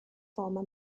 former